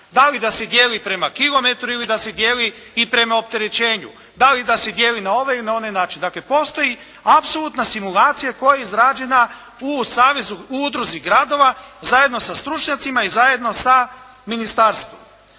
Da li da se dijeli prema kilometru ili da se dijeli i prema opterećenju? Da li da se dijeli na ovaj ili na onaj način. Dakle, postoji apsolutna simulacija koja je izrađena u udruzi gradova zajedno sa stručnjacima i zajedno sa ministarstvom.